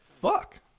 Fuck